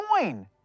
coin